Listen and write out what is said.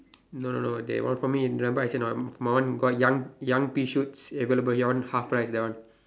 no no no that one for me and back see not my one got young young pea shoots available your one half price that one